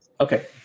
okay